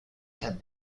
have